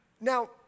Now